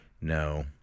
No